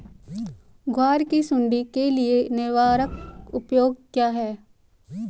ग्वार की सुंडी के लिए निवारक उपाय क्या है?